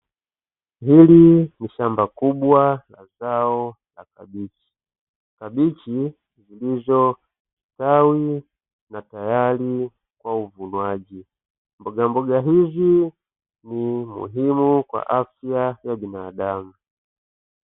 Hili ni shamba kubwa la zao la kabichi, kabichi zilizostawi na tayari kwa uvunwaji, mbogamboga hizi muhimu kwa afya ya binadamu.